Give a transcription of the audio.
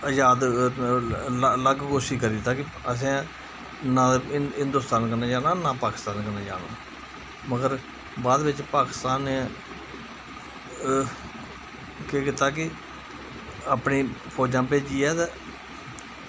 आज़ाद अलग घोशित करी दित्ता कि असें नां हिन्दोस्तान कन्नै जाना नां पाकिस्तान कन्नै जाना मगर बाद बिच्च पाकिस्तान नै केह् कीता कि अपनी फौजां भेजियै ते